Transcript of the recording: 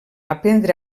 aprendre